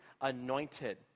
anointed